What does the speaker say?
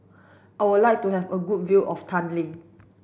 I would like to have a good view of Tallinn